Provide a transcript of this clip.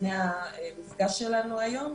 לפני המפגש שלנו היום,